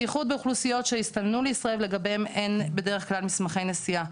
בייחוד באוכלוסיות שהסתננו לישראל ושלגביהם אין בדרך כלל מסמכי נסיעה.